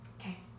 Okay